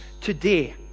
today